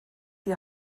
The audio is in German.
die